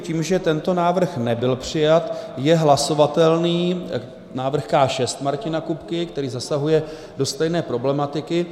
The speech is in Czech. Tím, že tento návrh nebyl přijat, je hlasovatelný návrh K6 Martina Kupky, který zasahuje do stejné problematiky.